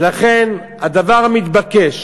ולכן, הדבר המתבקש,